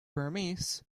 burmese